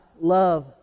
love